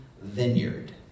vineyard